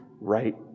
right